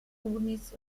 tunis